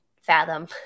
fathom